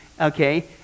okay